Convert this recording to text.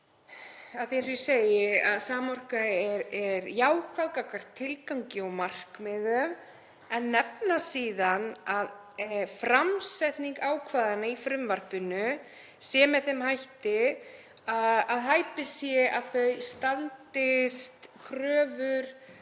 En eins og ég segi er Samorka jákvæð gagnvart tilgangi og markmiðum en þau nefna síðan að framsetning ákvæðanna í frumvarpinu sé með þeim hætti að hæpið sé að þau standist kröfur